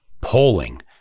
polling